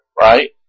right